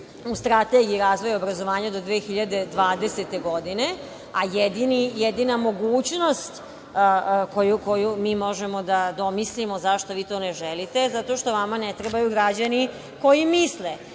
u Strategiji razvoja obrazovanja do 2020. godine, a jedina mogućnost koju mi možemo da domislimo zašto vi to ne želite je zato što vama ne trebaju građani koji misle,